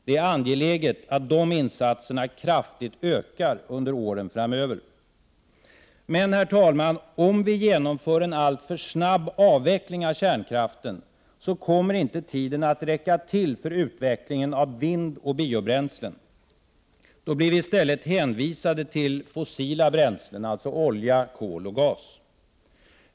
Det är angeläget att de insatserna kraftigt ökar under åren framöver. Men, herr talman, om vi genomför en alltför snabb avveckling av kärnkraften kommer inte tiden att räcka till för utvecklingen av vindkraft och biobränslen. Då blir vi i stället hänvisade till fossila bränslen, alltså olja, kol och gas.